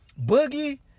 Boogie